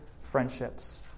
friendships